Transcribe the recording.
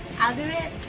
do it